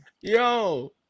Yo